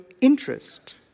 interest